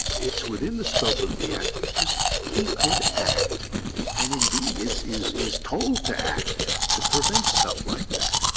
it's within the scope of the act, because he could act and indeed is is is told to act to to prevent stuff like that.